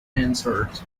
answered